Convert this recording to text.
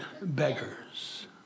beggars